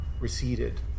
receded